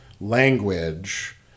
language